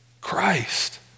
Christ